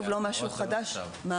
הסברנו את זה בקריאה הראשונה שזאת